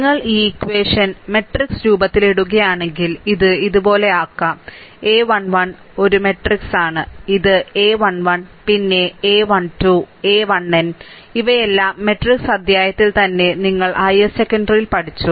നിങ്ങൾ ഈ equation matrix രൂപത്തിൽ ഇടുകയാണെങ്കിൽ ഇത് ഇതുപോലെയാക്കാം a 1 1 ഇത് ഒരു മാട്രിക്സ് ആൺ ഇത് a 1 1 പിന്നെ a 1 2 a 1n ഇവയെല്ലാം മാട്രിക്സ് അധ്യായത്തിൽ തന്നെ നിങ്ങൾ ഹയർ സെക്കൻഡറിയിൽ പഠിച്ചു